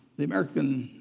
the american